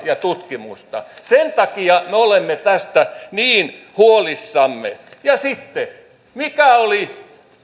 ja tutkimusta sen takia me olemme tästä niin huolissamme ja sitten mikä oli